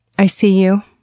i see you.